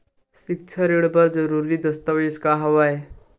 सिक्छा ऋण बर जरूरी दस्तावेज का हवय?